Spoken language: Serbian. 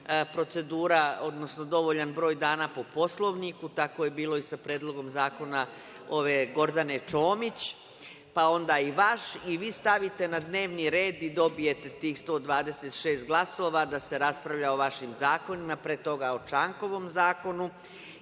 procedura, odnosno dovoljan broj dana po Poslovniku, tako je bilo i sa Predlogom zakona Gordane Čomić, pa onda i vaš i vi stavite na dnevni red i dobijete tih 126 glasova da se raspravlja o vašim zakonima, pre toga o Čankovom zakonu.